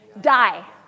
Die